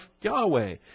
Yahweh